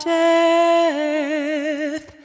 death